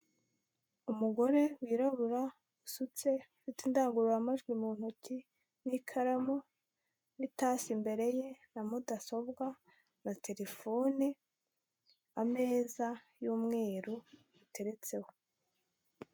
Umugore wirabura usutse, ufite indangururamajwi mu ntoki n'ikaramu n'itasi imbere ye na mudasobwa na terefone ameza y'umweru biteretseho.